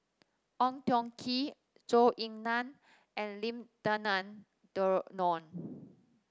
Ong Tjoe Kim Zhou Ying Nan and Lim Denan Denon